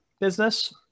business